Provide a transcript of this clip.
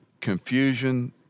confusion